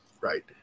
right